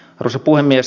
arvoisa puhemies